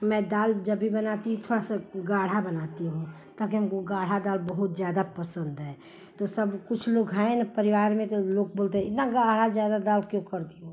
मैं दाल जब भी बनाती हूँ थोड़ी सी गाढ़ी बनाती हूँ ताकि हमको गाढ़ी दाल बहुत ज़्यादा पसन्द है तो सब कुछ लोग हैं ना परिवार में तो लोग बोलते हैं इतनी गाढ़ी ज़्यादा दाल क्यों करती हो